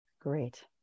Great